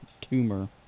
tumor